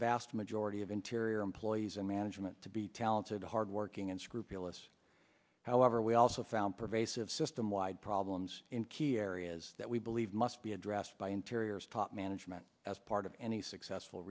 vast majority of interior employees and management to be talented hardworking and scrupulous however we also found pervasive system wide problems in key areas that we believe must be addressed by interiors top management as part of any successful